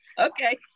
Okay